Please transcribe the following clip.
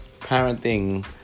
Parenting